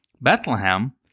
Bethlehem